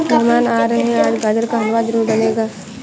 मेहमान आ रहे है, आज गाजर का हलवा जरूर बनेगा